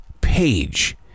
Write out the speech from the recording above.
page